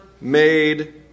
made